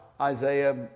Isaiah